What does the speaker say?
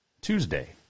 Tuesday